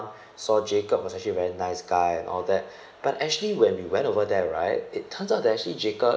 saw jacob was actually very nice guy and all that but actually when we went over there right it turns out that actually jacob